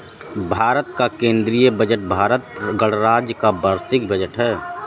भारत का केंद्रीय बजट भारत गणराज्य का वार्षिक बजट है